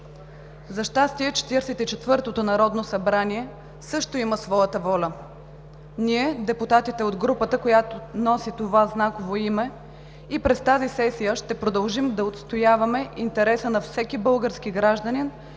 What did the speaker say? За щастие 44-тото народно събрание също има своята воля. Ние, депутатите от групата, която носи това знаково име, и през тази сесия ще продължим да отстояваме интереса на всеки български гражданин